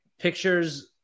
pictures